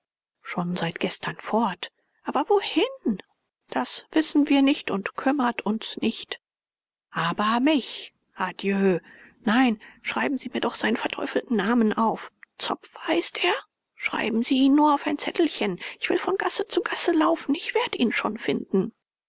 schon seit gestern fort aber wohin das wissen wir nicht und kümmert uns nicht aber mich adieu nein schreiben sie mir doch seinen verteufelten namen auf zopf heißt er schreiben sie ihn nur auf ein zettelchen ich will von gasse zu gasse laufen ich werd ihn schon finden